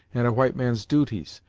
and a white man's duties,